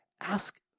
ask